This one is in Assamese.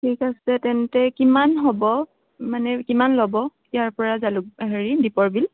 ঠিক আছে তেন্তে কিমান হ'ব মানে কিমান ল'ব ইয়াৰপৰা জালুক হেৰি দীপৰ বিল